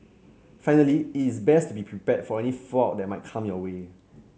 finally it is best to be prepared for any fallout that might come your way